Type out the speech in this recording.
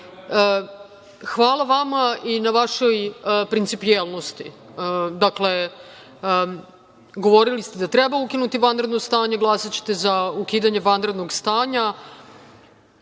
vama i na vašoj principijelnosti. Govorili ste da treba ukinuti vanredno stanje, glasaćete za ukidanje vanrednog stanja.